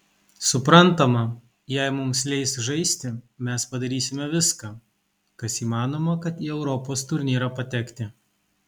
suprantama jei mums leis žaisti mes padarysime viską kas įmanoma kad į europos turnyrą patekti